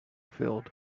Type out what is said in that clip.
field